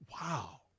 Wow